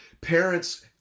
Parents